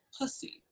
pussy